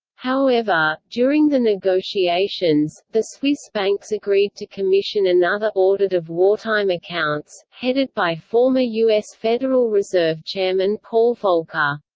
however, during the negotiations, the swiss banks agreed to commission another audit of wartime accounts, headed by former us federal reserve chairman paul volcker.